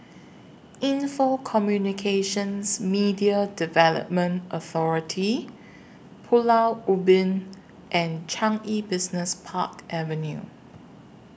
Info Communications Media Development Authority Pulau Ubin and Changi Business Park Avenue